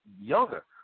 younger